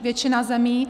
Většina zemí.